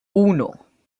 uno